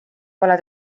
pole